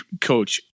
coach